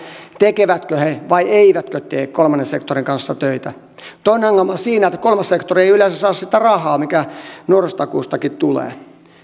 tekevätkö he vai eivätkö tee kolmannen sektorin kanssa töitä toinen ongelma on siinä että kolmas sektori ei yleensä saa sitä rahaa mikä nuorisotakuustakin tulee